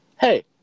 Hey